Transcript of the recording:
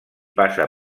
passa